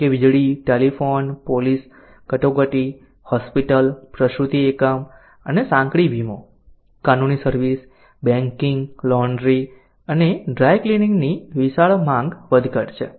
જેમ કે વીજળી ટેલિફોન પોલીસ કટોકટી હોસ્પિટલ પ્રસૂતિ એકમ અને સાંકડી વીમો કાનૂની સર્વિસ બેંકિંગ લોન્ડ્રી અને ડ્રાય ક્લીનિંગની વિશાળ માંગ વધઘટ છે